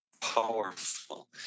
powerful